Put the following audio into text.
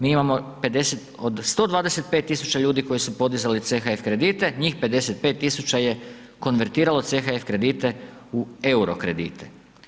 Mi imamo 50 od 125 tisuća ljudi, koji su podizali CHF kredite, njih 55 tisuća je konvertiralo CHF kredite u euro kredite.